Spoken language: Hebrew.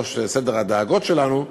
בראש סדר הדאגות שלנו,